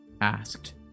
asked